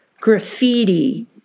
graffiti